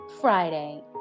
Friday